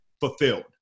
fulfilled